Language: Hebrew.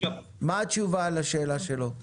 מה התשובה לשאלה שלו?